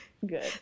good